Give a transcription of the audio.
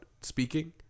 speaking